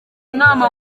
nama